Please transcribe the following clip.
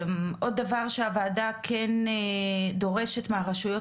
עוד דבר שהוועדה כן דורשת מהרשויות